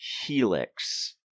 Helix